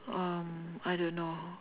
um I don't know